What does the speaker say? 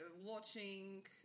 watching